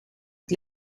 het